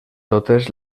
totes